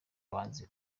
bahanzi